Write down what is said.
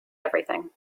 everything